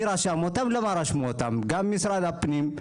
מי רשם אותם ולמה רשמו אותם, גם משרד הפנים,